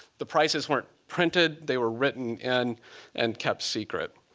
the prices weren't printed. they were written and and kept secret.